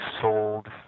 sold